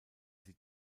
sie